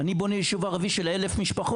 אני בונה יישוב ערבי של 1,000 משפחות,